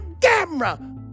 camera